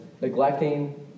neglecting